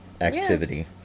activity